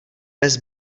bez